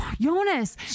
Jonas